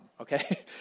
okay